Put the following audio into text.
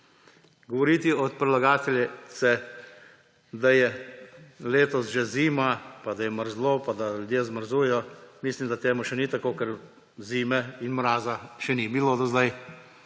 Govoriti od predlagateljice, da je letos že zima, pa da je mrzlo, pa da ljudje zmrzujejo, mislim, da temu še ni tako, ker zime in mraza še ni bilo do zdaj,